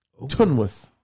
Tunworth